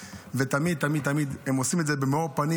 ותמיד תמיד הם עושים את זה במאור פנים.